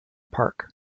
park